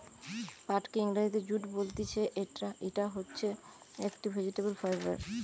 পাটকে ইংরেজিতে জুট বলতিছে, ইটা হচ্ছে একটি ভেজিটেবল ফাইবার